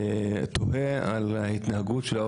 תוך כדי התנהלות מקבלים